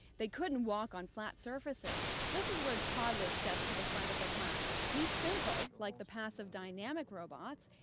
they couldn't walk on flat surfaces. this is where toddler steps to the front of the class. he's simple, like the passive dynamic robots,